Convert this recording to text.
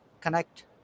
connect